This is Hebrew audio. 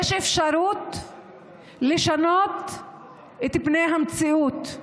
יש אפשרות לשנות את פני המציאות.